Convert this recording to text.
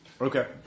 Okay